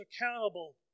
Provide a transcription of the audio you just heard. accountable